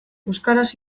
euskaraz